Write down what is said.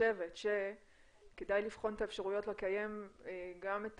חושבת שכדאי לבחון את האפשרויות לקיים גם את